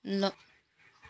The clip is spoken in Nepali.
ल